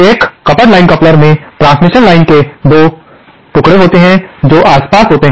एक coupled line coupler में transmission line के 2 टुकड़े होते हैं जो आसपास होते हैं